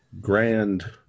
grand